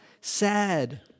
Sad